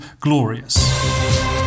Glorious